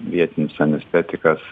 vietinis anestetikas